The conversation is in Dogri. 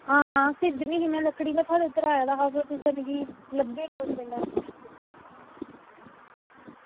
आं खरीदनी ही लकड़ी में थुआढ़े उद्धर आये दा हा ते उस बेल्लै